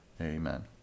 Amen